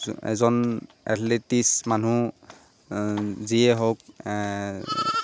এজন এথলেটিকছ মানুহ যিয়ে হওক